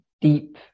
deep